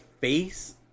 face